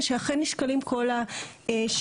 ושאכן נשקלים כל השיקולים.